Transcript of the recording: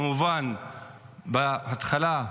כמובן בהתחלה,